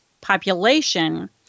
population